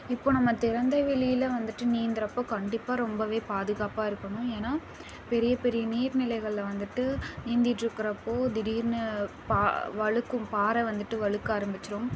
இப்போது நம்ம திறந்த வெளியில் வந்துவிட்டு நீந்துகிறப்போ கண்டிப்பாக ரொம்ப பாதுகாப்பாக இருக்கணும் ஏன்னா பெரிய பெரிய நீர் நிலைகளில் வந்துவிட்டு நீந்திட்டுருக்குறப்போ திடீர்னு வழுக்கும் பாறை வந்துவிட்டு வழுக்க ஆரம்பிச்சுடும்